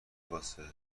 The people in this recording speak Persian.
واسه